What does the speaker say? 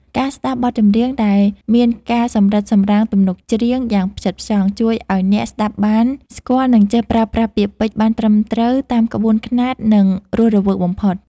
ការស្ដាប់បទចម្រៀងដែលមានការសម្រិតសម្រាំងទំនុកច្រៀងយ៉ាងផ្ចិតផ្ចង់ ជួយឱ្យអ្នកស្ដាប់បានស្គាល់ និងចេះប្រើប្រាស់ពាក្យពេចន៍បានត្រឹមត្រូវតាមក្បួនខ្នាត និងរស់រវើកបំផុត។